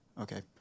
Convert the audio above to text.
Okay